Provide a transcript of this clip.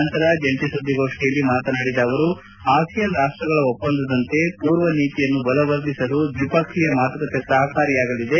ನಂತರ ಜಂಟ ಸುದ್ದಿಗೋಷ್ಠಿಯಲ್ಲಿ ಮಾತನಾಡಿದ ಅವರು ಆಸಿಯಾನ್ ರಾಷ್ಟಗಳ ಒಪ್ಪಂದದಂತೆ ಪೂರ್ವ ನೀತಿಯನ್ನು ಬಲವರ್ಧಿಸಲು ದ್ವಿಪಕ್ಷೀಯ ಮಾತುಕತೆ ಸಹಕಾರಿಯಾಗಲಿದೆ